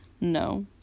no